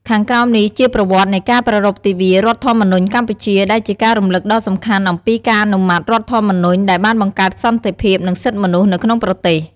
ខាងក្រោមនេះជា ប្រវត្តិនៃការប្រារព្ធទិវារដ្ឋធម្មនុញ្ញកម្ពុជា ដែលជាការរំលឹកដ៏សំខាន់អំពីការអនុម័តរដ្ឋធម្មនុញ្ញដែលបានបង្កើតសន្តិភាព និងសិទ្ធិមនុស្សនៅក្នុងប្រទេស។